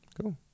Cool